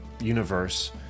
universe